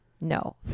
No